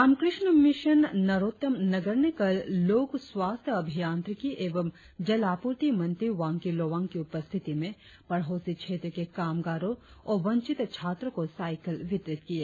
Ramakrishna mission Narottam Nagar ने कल लोक स्वास्थ्य अभियांत्रिकी एवं जल आपूर्ति मंत्री वांग्की लोवांग की उपस्थित में पड़ोसी क्षेत्र के कामगारों और सबसे वंचित छात्रों को साइकल वितरित किए